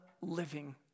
living